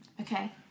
Okay